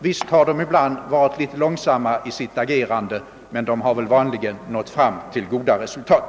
Visst har de ibland varit litet långsamma i sitt agerande, men de har vanligen nått fram till goda resultat.